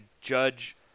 judge –